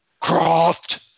Croft